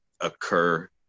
occur